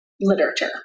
literature